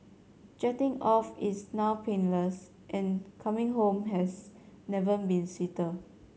jetting off is now painless and coming home has never been sweeter